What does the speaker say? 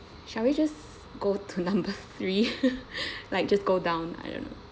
shall we just go to number three like just go down I don't know